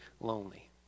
lonely